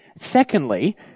Secondly